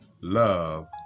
love